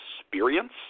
experience